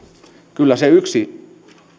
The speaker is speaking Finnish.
kyllä se yksi